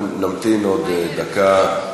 אנחנו נמתין עוד דקה.